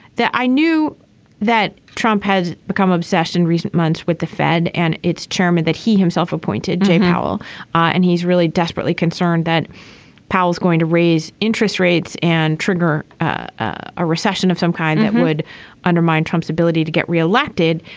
i knew that trump had become obsessed in recent months with the fed and its chairman that he himself appointed jay powell and he's really desperately concerned that powell is going to raise interest rates and trigger. a recession of some kind that would undermine trump's ability to get re-elected.